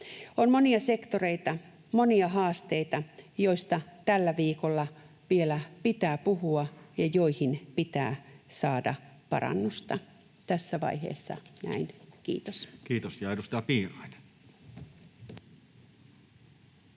On monia sektoreita, monia haasteita, joista tällä viikolla vielä pitää puhua ja joihin pitää saada parannusta. — Tässä vaiheessa näin. Kiitos. [Speech 158] Speaker: